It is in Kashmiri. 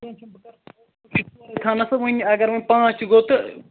کیٚنٛہہ چھُنہٕ بہٕ کَر کوٗشش ژورے تھاونس تہٕ وۄنۍ اگر وۄنۍ پانٛژ تہِ گوٚو تہٕ